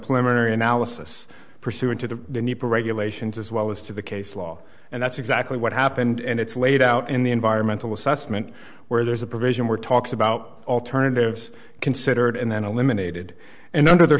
plumber analysis pursuant to the regulations as well as to the case law and that's exactly what happened and it's laid out in the environmental assessment where there's a provision where talks about alternatives considered and then eliminated and under their